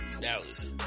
Dallas